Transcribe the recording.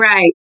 Right